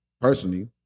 personally